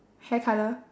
hair colour